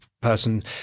person